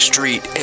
Street